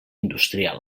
industrial